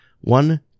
One